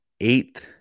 eighth